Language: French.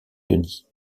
denis